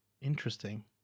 Interesting